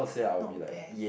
not bad